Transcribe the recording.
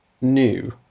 new